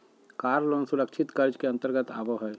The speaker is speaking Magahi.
कार लोन सुरक्षित कर्ज के अंतर्गत आबो हय